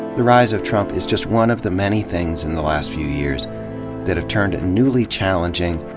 the rise of trump is just one of the many things in the last few years that have turned a newly challenging,